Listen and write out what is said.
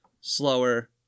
slower